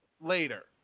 later